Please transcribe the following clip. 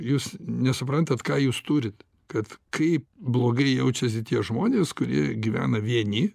jūs nesuprantat ką jūs turit kad kaip blogai jaučiasi tie žmonės kurie gyvena vieni